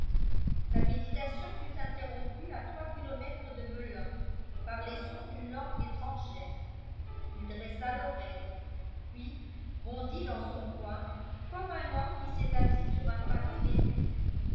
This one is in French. sa méditation fut interrompue à trois kilomètres de melun par les sons d'une langue étrangère il dressa l'oreille puis bondit dans son coin comme un homme qui s'est assis sur un fagot d'épines